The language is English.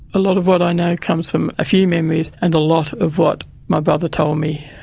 a lot of what i know comes from a few memories and a lot of what my brother told me.